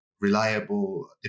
reliable